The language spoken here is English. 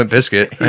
Biscuit